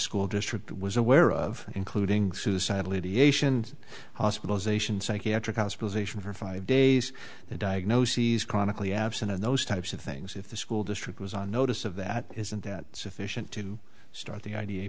school district was aware of including suicidality ations hospitalization psychiatric hospitalization for five days the diagnoses chronically absent and those types of things if the school district was on notice of that isn't that sufficient to start the i